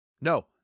No